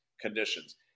conditions